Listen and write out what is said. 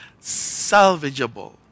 salvageable